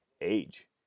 age